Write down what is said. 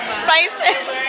spices